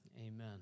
amen